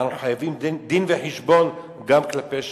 אנחנו חייבים דין-וחשבון גם כלפי שמיא.